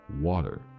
water